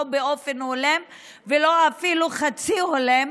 לא באופן הולם ולא אפילו חצי הולם,